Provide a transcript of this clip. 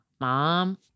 mom